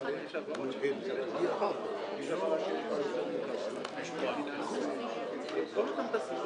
שביניהם על הוראות סעיף קטן (א); התנו כאמור,